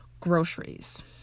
Groceries